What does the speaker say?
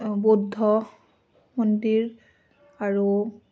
বৌদ্ধ মন্দিৰ আৰু